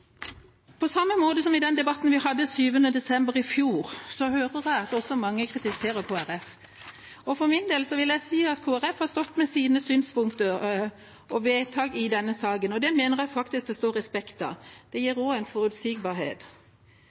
på samme måte som i den debatten vi hadde den 7. desember i fjor – at mange kritiserer Kristelig Folkeparti. For min del vil jeg si at Kristelig Folkeparti har stått for sine synspunkter og vedtak i denne saken, og det mener jeg faktisk det står respekt av. Det gir også en forutsigbarhet.